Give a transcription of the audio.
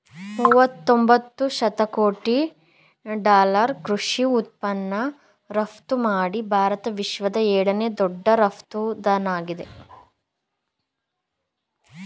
ಮೂವತೊಂಬತ್ತು ಶತಕೋಟಿ ಡಾಲರ್ ಕೃಷಿ ಉತ್ಪನ್ನ ರಫ್ತುಮಾಡಿ ಭಾರತ ವಿಶ್ವದ ಏಳನೇ ದೊಡ್ಡ ರಫ್ತುದಾರ್ನಾಗಿದೆ